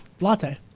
latte